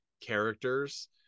characters